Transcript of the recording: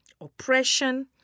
oppression